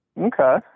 Okay